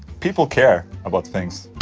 people care about things.